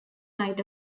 night